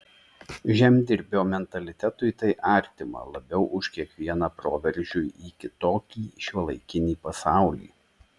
žemdirbio mentalitetui tai artima labiau už kvietimą proveržiui į kitokį šiuolaikinį pasaulį